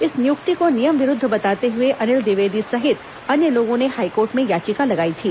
इस नियुक्ति को नियम विरूद्ध बताते हुए अनिल द्विवेदी सहित अन्य लोगों ने हाईकोर्ट में याचिका लगाई थी